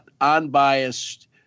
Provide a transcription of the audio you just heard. unbiased